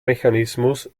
mechanismus